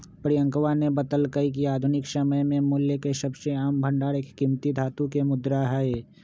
प्रियंकवा ने बतल्ल कय कि आधुनिक समय में मूल्य के सबसे आम भंडार एक कीमती धातु के मुद्रा हई